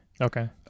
Okay